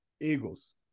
Eagles